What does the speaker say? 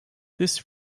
this